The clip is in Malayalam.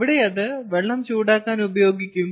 അവിടെ അത് വെള്ളം ചൂടാക്കാൻ ഉപയോഗിക്കും